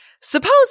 suppose